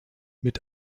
mit